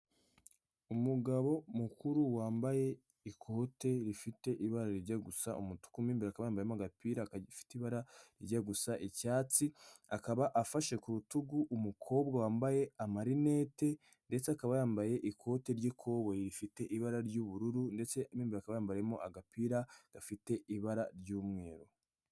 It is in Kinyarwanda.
Umugabo mukuru wambaye ikote rifite ibara rijya gusa umutuku, mu imbere akaba yambayemo agapira gafite ibara rijya gusa icyatsi, akaba afashe ku rutugu umukobwa wambaye amarinete ndetse akaba yambaye ikote ry'ikoboyi, rifite ibara ry'ubururu ndetse mo imbere akaba yambariyemo agapira gafite ibara ry'umweru.